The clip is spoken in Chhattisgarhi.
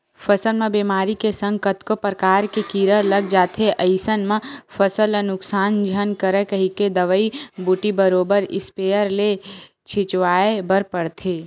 फसल म बेमारी के संग कतको परकार के कीरा लग जाथे अइसन म फसल ल नुकसान झन करय कहिके दवई बूटी बरोबर इस्पेयर ले छिचवाय बर परथे